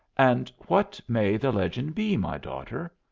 and what may the legend be, my daughter?